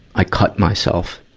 i cut myself?